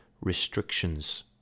restrictions